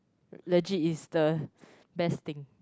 legit it's the best thing